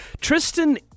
Tristan